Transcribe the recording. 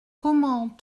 comment